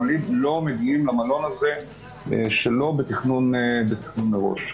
הם לא מגיעים למלוניות אם זה לא בתכנון מראש.